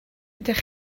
ydych